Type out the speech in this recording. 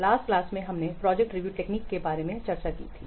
last class में हमने project review technique के बारे में चर्चा की थी